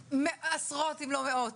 עשרות אם לא מאות